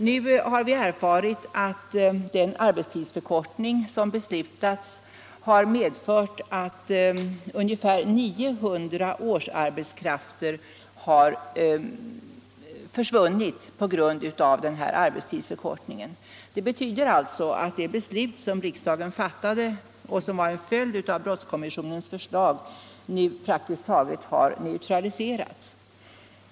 Nu har vi erfarit att den arbetstidsförkortning som beslutats har medfört att ungefär 900 årsarbetskrafter försvunnit. Det betyder alltså att det beslut som riksdagen fattade, och som var en följd av brottskommissionens förslag, nu praktiskt taget har neutraliserats.